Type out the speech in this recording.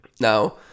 Now